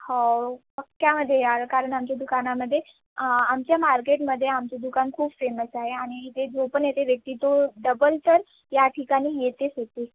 हो पक्क्यामध्ये याल कारण आमच्या दुकानामध्ये आमच्या मार्केटमध्ये आमचं दुकान खूप फेमस आहे आणि इथे जो पण येते व्यक्ती तो डबल तर या ठिकाणी येतेच येते